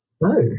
no